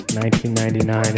1999